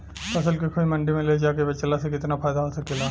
फसल के खुद मंडी में ले जाके बेचला से कितना फायदा हो सकेला?